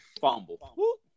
Fumble